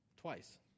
twice